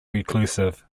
reclusive